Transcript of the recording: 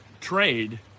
trade